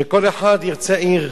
וכל אחד ירצה עיר?